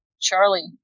Charlie